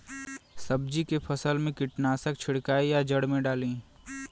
सब्जी के फसल मे कीटनाशक छिड़काई या जड़ मे डाली?